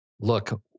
look